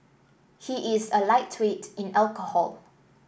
he is a lightweight in alcohol